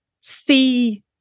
see